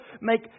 make